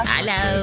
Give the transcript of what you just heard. Hello